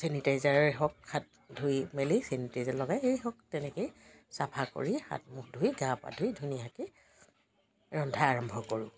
চেনিটাইজাৰে হওক হাত ধুই মেলি চেনিটাইজাৰ লগাই তেনেকৈয়ে চাফা কৰি হাত মুখ ধুই গা পা ধুই ধুনীয়াকৈ ৰন্ধা আৰম্ভ কৰোঁ